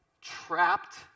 Trapped